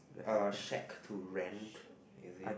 uh shack to rent is it